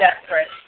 desperate